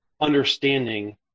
understanding